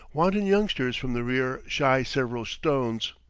wanton youngsters from the rear shy several stones,